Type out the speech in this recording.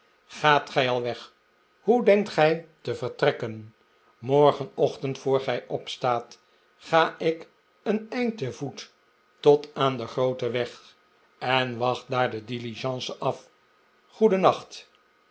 gaat gij al weg hoe denkt gij te vertrekken morgenochtend voor gij opstaat ga ik een eind te voet tot aan den grooten weg en wacht daar de diligence af goedennacht